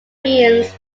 amiens